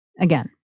again